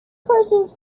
persons